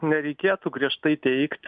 nereikėtų griežtai teigt